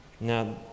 Now